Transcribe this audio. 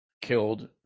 killed